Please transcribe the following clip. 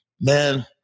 man